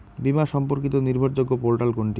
বীমা সম্পর্কিত নির্ভরযোগ্য পোর্টাল কোনটি?